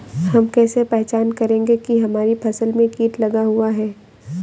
हम कैसे पहचान करेंगे की हमारी फसल में कीट लगा हुआ है?